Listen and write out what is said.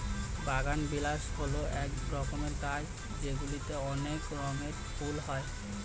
বাগানবিলাস হল এক রকমের গাছ যেগুলিতে অনেক রঙের ফুল হয়